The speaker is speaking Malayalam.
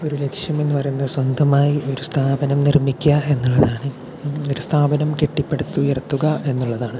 ഒരു ലക്ഷ്യമെന്ന് പറയുന്നത് സ്വന്തമായി ഒരു സ്ഥാപനം നിർമ്മിക്കുക എന്നുള്ളതാണ് ഒരു സ്ഥാപനം കെട്ടിപ്പടുത്തുയർത്തുക എന്നുള്ളതാണ്